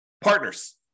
Partners